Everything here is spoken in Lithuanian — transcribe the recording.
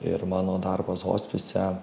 ir mano darbas hospise